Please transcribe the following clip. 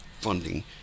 funding